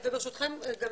וברשותכם, גם